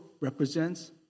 represents